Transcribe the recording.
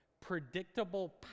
predictable